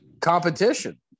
Competition